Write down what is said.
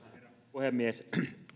puhemies